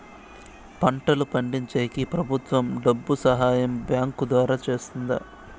పంటలు పండించేకి ప్రభుత్వం డబ్బు సహాయం బ్యాంకు ద్వారా చేస్తుందా?